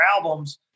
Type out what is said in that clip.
albums